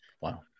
Wow